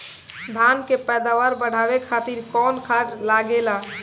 धान के पैदावार बढ़ावे खातिर कौन खाद लागेला?